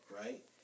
right